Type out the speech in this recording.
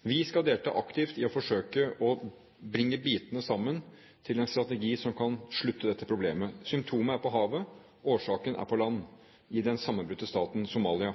Vi skal delta aktivt i å forsøke å bringe bitene sammen til en strategi som kan avslutte dette problemet. Symptomet er på havet, årsaken er på land i den sammenbrutte staten Somalia.